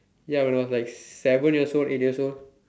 ya when I was like seven years old eight years old